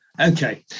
Okay